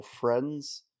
friends